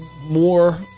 more